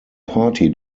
party